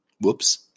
whoops